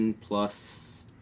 plus